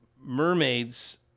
mermaids